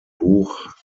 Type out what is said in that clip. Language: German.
buch